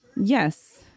Yes